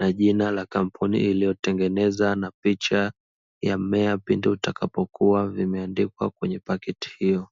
na jina la kampuni iliyotengeneza na picha ya mmea pindi utakapokua, vimeandikwa kwenye paketi hiyo.